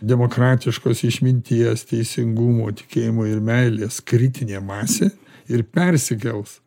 demokratiškos išminties teisingumo tikėjimo ir meilės kritinė masė ir persikels